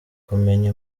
kumenya